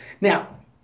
Now